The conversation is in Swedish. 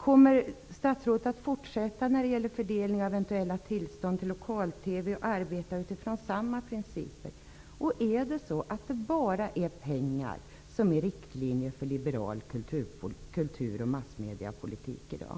Kommer statsrådet att arbeta utifrån samma principer när det gäller fördelning av eventuella tillstånd till lokal-TV? Är det bara pengar som är riktlinje för liberal kulturoch massmediepolitik i dag?